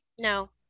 No